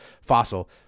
Fossil